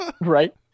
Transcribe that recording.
right